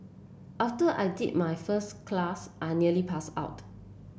after I did my first class I nearly passed out